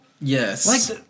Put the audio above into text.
Yes